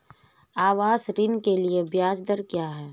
आवास ऋण के लिए ब्याज दर क्या हैं?